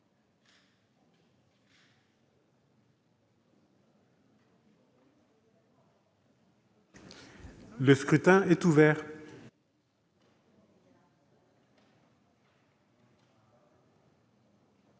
Le scrutin est ouvert.